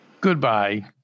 goodbye